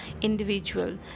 individual